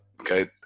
okay